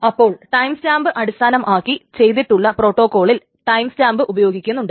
അപ്പോൾ ടൈംസ്റ്റാമ്പ് അടിസ്ഥാനമാക്കി ചെയ്തിട്ടുള്ള പ്രോട്ടോകോളിൽ ടൈംസ്റ്റാമ്പ് ഉപയോഗിക്കുന്നുണ്ട്